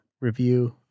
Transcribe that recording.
review